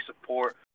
support